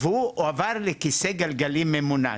והוא עבר לכיסא גלגלים ממונע.